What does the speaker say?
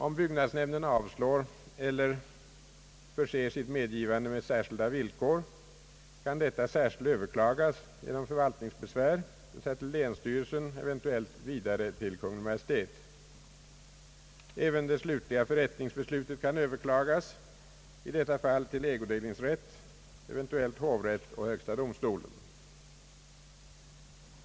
Om byggnadsnämnden avslår eller förser sitt medgivande med särskilda villkor kan detta särskilt överklagas genom förvaltningsbesvär, d.v.s. till länsstyrelsen, och eventuellt vidare till Kungl. Maj:t. även det slutliga förrättningsbeslutet kan Ööverklagas, i detta fall till ägodelningsrätt eventuellt hovrätt och högsta domstolen.